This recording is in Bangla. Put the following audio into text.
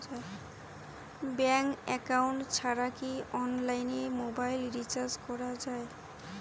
ব্যাংক একাউন্ট ছাড়া কি অনলাইনে মোবাইল রিচার্জ করা যায়?